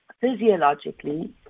physiologically